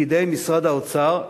פקידי משרד האוצר,